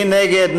מי נגד?